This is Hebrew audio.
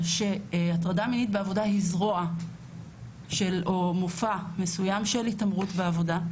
שאומר שהטרדה מינית בעבודה היא זרוע או מופע מסוים של התעמרות בעבודה,